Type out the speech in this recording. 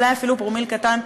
ואולי אפילו פרומיל קטן,